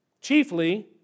Chiefly